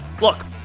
Look